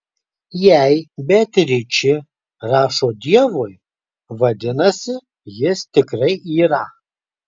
jei beatričė rašo dievui vadinasi jis tikrai yra